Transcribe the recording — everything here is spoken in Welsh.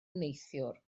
neithiwr